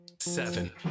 Seven